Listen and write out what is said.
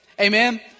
Amen